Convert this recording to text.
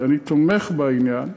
בעיני, אני תומך בעניין,